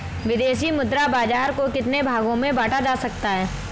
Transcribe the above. विदेशी मुद्रा बाजार को कितने भागों में बांटा जा सकता है?